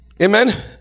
Amen